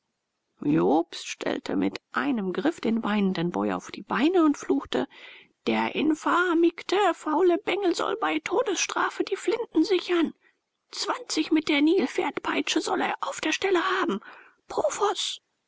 jobst stellte mit einem griff den weinenden boy auf die beine und fluchte der infamigte faule bengel soll bei todesstrafe die flinten sichern zwanzig mit der nilpferdpeitsche soll er auf der stelle haben profoß